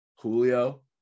Julio